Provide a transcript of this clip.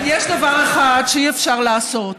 יש דבר אחד שאי-אפשר לעשות.